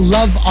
Love